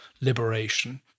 liberation